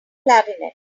clarinet